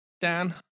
Dan